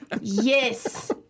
yes